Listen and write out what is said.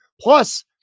Plus